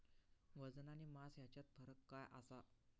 वजन आणि मास हेच्यात फरक काय आसा?